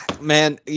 Man